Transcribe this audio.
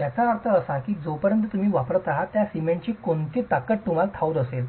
याचा अर्थ असा की जोपर्यंत तुम्ही वापरणार आहात त्या सिमेंटची कोणती ताकद तुम्हाला ठाऊक नसेल